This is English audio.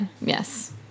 Yes